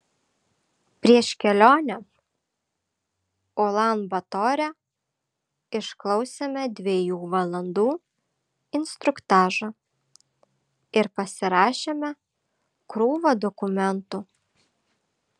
prieš kelionę ulan batore išklausėme dviejų valandų instruktažą ir pasirašėme krūvą dokumentų